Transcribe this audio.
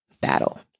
battle